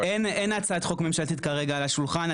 אין הצעת חוק ממשלתית כרגע על השולחן,